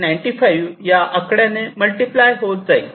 95 या आकड्याने मल्टिप्लाय होत जाईल